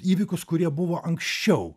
įvykius kurie buvo anksčiau